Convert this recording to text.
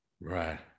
Right